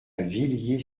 villiers